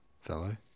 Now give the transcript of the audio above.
fellow